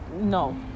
no